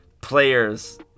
players